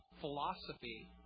philosophy